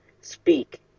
Speak